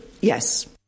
Yes